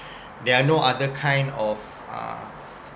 there are no other kind of uh